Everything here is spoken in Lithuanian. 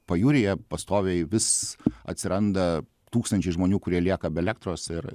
pajūryje pastoviai vis atsiranda tūkstančiai žmonių kurie lieka be elektros ir